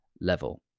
level